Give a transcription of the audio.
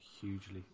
hugely